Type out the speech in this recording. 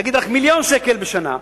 נגיד רק מיליון שקל בשנה,